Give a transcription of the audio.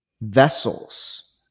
vessels